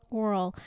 oral